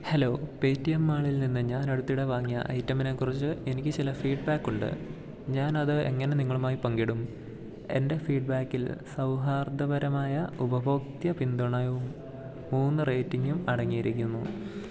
hello Paytm മാളിൽ നിന്ന് ഞാനടുത്തിടെ വാങ്ങിയ ഐറ്റമിനെക്കുറിച്ച് എനിക്കു ചില ഫീഡ്ബാക്കുണ്ട് ഞാനത് എങ്ങനെ നിങ്ങളുമായി പങ്കിടും എൻ്റെ ഫീഡ്ബാക്കിൽ സൗഹാർദ്ദപരമായ ഉപഭോക്തൃ പിന്തുണയും മൂന്ന് റേറ്റിംഗും അടങ്ങിയിരിക്കുന്നു